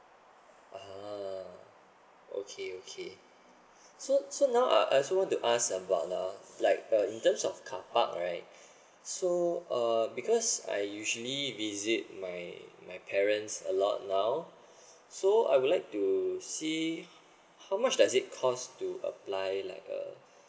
ah ha okay okay so so now I as~ want to ask about ah like uh in terms of car park right so uh because I usually visit my my parents a lot now so I would like to see how much does it cost to apply like a